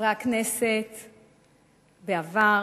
חברי הכנסת בעבר,